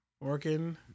working